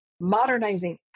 modernizing